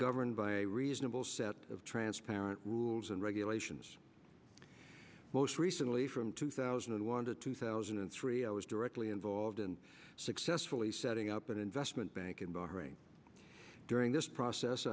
governed by a reasonable set of transparent rules and regulations most recently from two thousand and one to two thousand and three i was directly involved in successfully setting up an investment bank in bahrain during this process